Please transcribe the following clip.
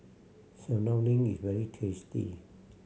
serunding is very tasty